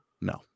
No